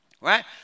right